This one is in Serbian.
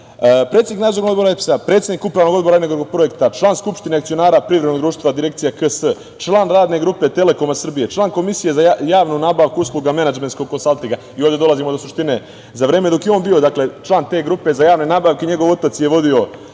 predsednik Nadzornog odbora EPS-a, predsedniku Upravnog odbora Energoprojekta, član Skupštine akcionara privrednog društva Direkcija KS, član Radne grupe Telekoma Srbije, član Komisije za javnu nabavku usluga menadžmentskog konsaltinga i ovde dolazimo do suštine. Za vreme dok je on bio, dakle, član te grupe za javne nabavke njegov otac je vodio,